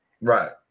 Right